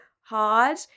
hard